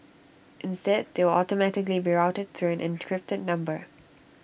instead they will automatically be routed through an encrypted number